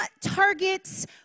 targets